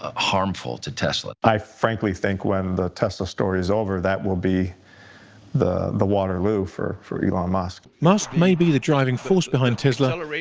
ah harmful to tesla. i frankly think when the test of story is over that will be the the waterloo for for elon musk. musk may be the driving force behind tesla,